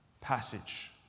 passage